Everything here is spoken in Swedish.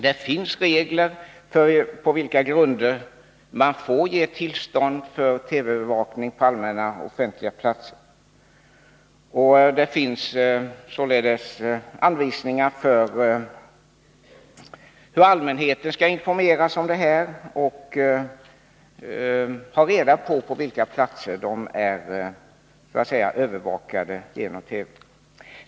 Det finns regler för på vilka grunder man får ge tillstånd till TV-övervakning på allmänna, offentliga platser, och det finns anvisningar för hur allmänheten skall informeras om på vilka platser den är övervakad genom TV.